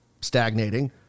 stagnating